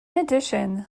addition